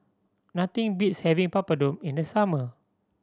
nothing beats having Papadum in the summer